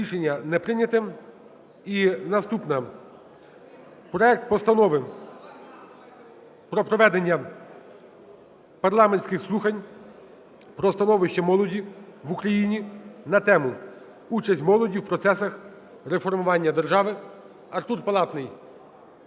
Рішення не прийнято. І наступне. Проект Постанови про проведення парламентських слухань про становище молоді в Україні на тему: "Участь молоді в процесах реформування держави"(Артур Палатний,